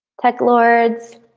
tech lords,